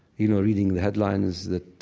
you know, reading the headlines that